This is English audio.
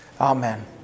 Amen